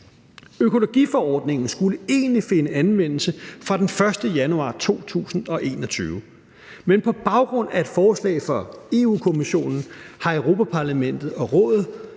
Økologiforordningen skulle egentlig finde anvendelse fra den 1. januar 2021, men på baggrund af et forslag fra Europa-Kommissionen har Europa-Parlamentet og Rådet